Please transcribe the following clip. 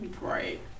Right